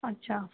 अच्छा